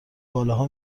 بالاها